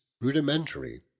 rudimentary